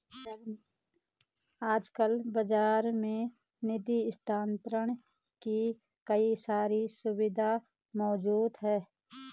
आजकल बाज़ार में निधि स्थानांतरण के कई सारी विधियां मौज़ूद हैं